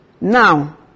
Now